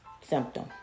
symptom